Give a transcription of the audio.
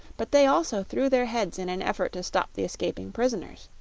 but they also threw their heads in an effort to stop the escaping prisoners.